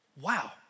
wow